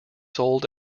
sold